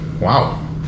Wow